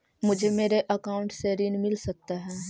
मुझे मेरे अकाउंट से ऋण मिल सकता है?